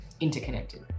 interconnected